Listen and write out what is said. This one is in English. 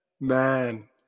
Man